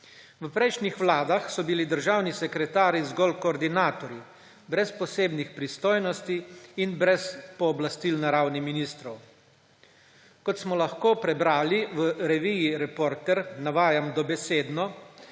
V prejšnjih vladah so bili državni sekretarji zgolj koordinatorji brez posebnih pristojnosti in brez pooblastil na ravni ministrov. Kot smo lahko prebrali v reviji Reporter, navajam dobesedno: